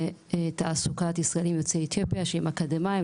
לתעסוקת ישראלים יוצאי אתיופיה שהם אקדמאים,